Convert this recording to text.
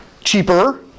Cheaper